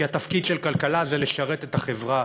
כי התפקיד של כלכלה זה לשרת את החברה,